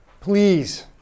please